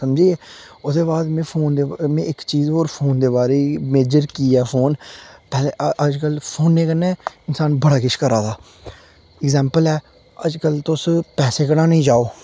समझिये ओह्दे बाद में फोन दे में इक चीज़ होर फोन दे बारै मेजर कीऽ ऐ फोन अज्जकल फोनै कन्नै इंसान बड़ा किश करा दा एग्जॉम्पल ऐ अज्जकल तुस पैसे कड्ढाने ई जाओ